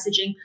messaging